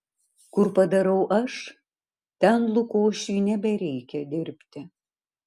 kur padarau aš ten lukošiui nebereikia dirbti